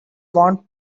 want